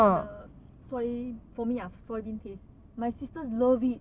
got the soy taste my sister love it